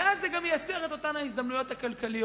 ואז זה גם ייצר את אותן ההזדמנויות הכלכליות,